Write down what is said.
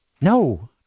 No